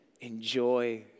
Enjoy